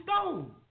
stone